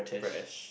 press